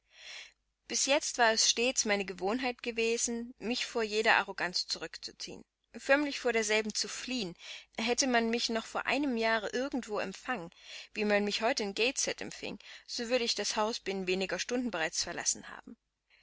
bis jetzt war es stets meine gewohnheit gewesen mich vor jeder arroganz zurückzuziehen förmlich vor derselben zu fliehen hätte man mich noch vor einem jahre irgendwo empfangen wie man mich heute in gateshead empfing so würde ich das haus binnen weniger stunden bereits verlassen haben